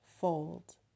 fold